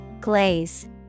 Glaze